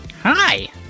Hi